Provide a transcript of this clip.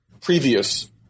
previous